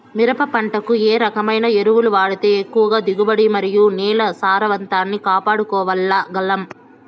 మిరప పంట కు ఏ రకమైన ఎరువులు వాడితే ఎక్కువగా దిగుబడి మరియు నేల సారవంతాన్ని కాపాడుకోవాల్ల గలం?